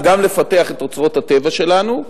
וגם לפתח את אוצרות הטבע שלנו,